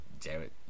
Jared